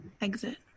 Exit